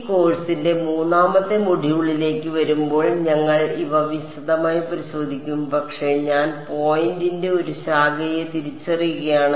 ഈ കോഴ്സിന്റെ മൂന്നാമത്തെ മൊഡ്യൂളിലേക്ക് വരുമ്പോൾ ഞങ്ങൾ ഇവ വിശദമായി പരിശോധിക്കും പക്ഷേ ഞാൻ പോയിന്റിന്റെ ഒരു ശാഖയെ തിരിച്ചറിയുകയാണ്